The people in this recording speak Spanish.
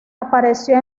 apareció